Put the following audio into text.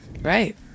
Right